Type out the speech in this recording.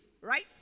right